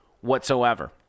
whatsoever